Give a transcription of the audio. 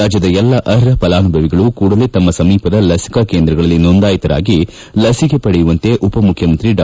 ರಾಜ್ಯದ ಎಲ್ಲಾ ಅರ್ಹ ಫಲಾನುಭವಿಗಳು ಕೂಡಲೇ ತಮ್ಮ ಸಮೀಪದ ಲಸಿಕಾ ಕೇಂದ್ರಗಳಲ್ಲಿ ನೋಂದಾಯಿತರಾಗಿ ಲಸಿಕೆ ಪಡೆಯುವಂತೆ ಉಪಮುಖ್ಕಮಂತ್ರಿ ಡಾ